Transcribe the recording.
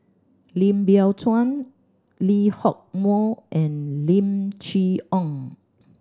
Lim Biow Chuan Lee Hock Moh and Lim Chee Onn